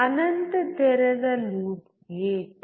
ಅನಂತ ತೆರೆದ loop gate